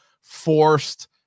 forced